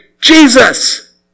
Jesus